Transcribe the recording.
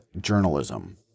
journalism